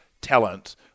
talent